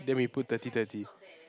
then we put thirty thirty